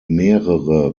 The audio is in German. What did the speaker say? mehrere